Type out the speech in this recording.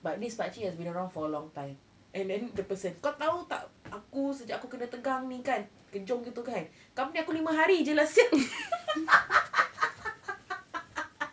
but this pakcik has been around for a long time and then the person kau tahu tak aku sejak aku kena tegang ni kan kejung gitu kan company aku lima hari jer lah sia